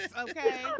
Okay